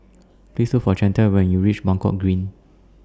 Please Look For Chantelle when YOU REACH Buangkok Green